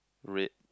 red